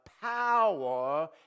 power